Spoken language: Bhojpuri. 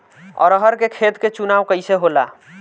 अरहर के खेत के चुनाव कइसे होला?